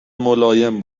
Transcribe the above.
ملایم